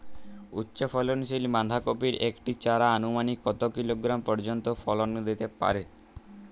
উচ্চ ফলনশীল বাঁধাকপির একটি চারা আনুমানিক কত কিলোগ্রাম পর্যন্ত ফলন দিতে পারে?